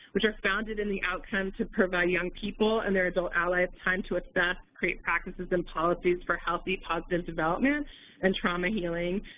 which are founded in the outcome to provide young people and their adult allies time to assess, create practices and policies for healthy positive development and trauma healing.